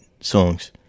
songs